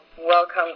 welcome